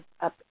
up